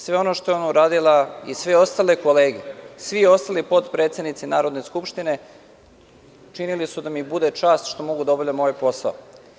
Sve ono što je ona uradila i sve ostale kolege, svi ostali potpredsednici Narodne skupštine, činili su da mi bude čast što mogu da obavljam ovaj posao.